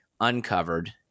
uncovered